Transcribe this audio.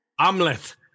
Amleth